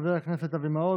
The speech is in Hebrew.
לחבר הכנסת אבי מעוז.